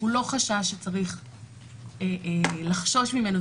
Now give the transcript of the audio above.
לא צריך לחשוש ממנו,